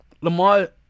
Lamar